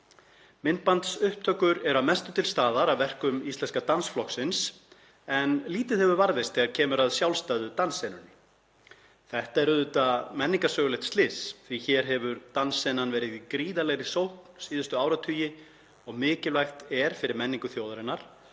Myndbandsupptökur eru að mestu til staðar af verkum Íslenska dansflokksins en lítið hefur varðveist þegar kemur að sjálfstæðu danssenunni. Þetta er auðvitað menningarsögulegt slys því að hér hefur dansinn verið í gríðarlegri sókn síðustu áratugi og mikilvægt er fyrir menningu þjóðarinnar